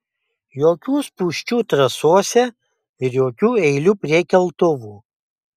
jokių spūsčių trasose ir jokių eilių prie keltuvų